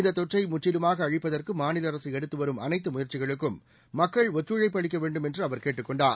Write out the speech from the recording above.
இந்த தொற்றை முற்றிலுமாக அழிப்பதற்கு மாநில அரசு எடுத்துவரும் அனைத்து முயற்சிகளுக்கும் மக்கள் ஒத்துழைப்பு அளிக்க வேண்டும் என்று அவர் கேட்டுக் கொண்டார்